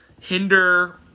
hinder